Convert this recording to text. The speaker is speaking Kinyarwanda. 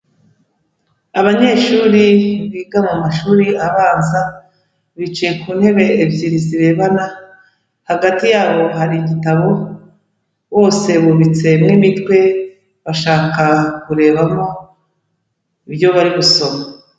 Abanyeshuri biga mu mashuri abanza bicaye ku ntebe ebyiri zirebana, hagati yabo hari igitabo, bose bubitsemo imitwe bashaka kurebamo ibyo bari gusoma.